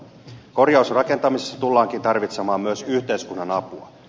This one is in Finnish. korjausrakentamisessa tullaankin tarvitsemaan myös yhteiskunnan apua